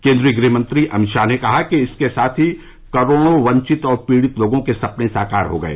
केन्द्रीय गृह मंत्री अमित शाह ने कहा कि इसके साथ ही करोड़ो वंचित और पीड़ित लोगों के सपने साकार हो गये